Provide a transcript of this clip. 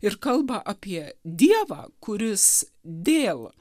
ir kalba apie dievą kuris dėl